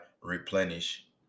replenish